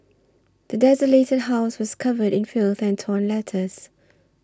the desolated house was covered in filth and torn letters